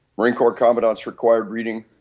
marine corps commandant's required reading.